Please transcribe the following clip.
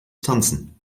tanzen